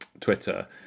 Twitter